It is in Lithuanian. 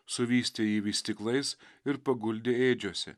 suvystė jį vystyklais ir paguldė ėdžiose